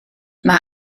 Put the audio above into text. mae